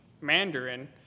Mandarin